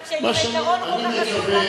רק שאם העיקרון כל כך חשוב,